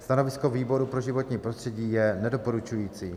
Stanovisko výboru pro životní prostředí je nedoporučující.